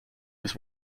his